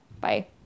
Bye